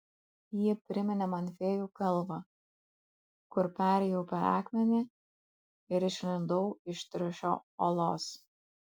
ji priminė man fėjų kalvą kur perėjau per akmenį ir išlindau iš triušio olos